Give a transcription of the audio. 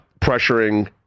pressuring